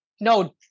no